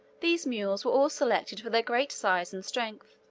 these mules were all selected for their great size and strength,